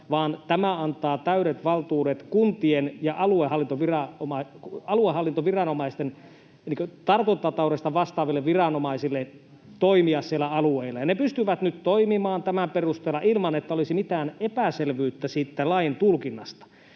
vaan tämä antaa täydet valtuudet kunnille ja aluehallintoviranomaisille, tartuntataudeista vastaaville viranomaisille, toimia siellä alueella, ja ne pystyvät nyt toimimaan tämän perusteella ilman, että olisi mitään epäselvyyttä siitä lain tulkinnasta.